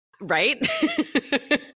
Right